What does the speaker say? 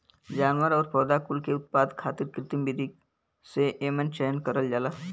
जानवर आउर पौधा कुल के उत्पादन खातिर कृत्रिम विधि से एमन चयन करल जाला